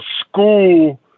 school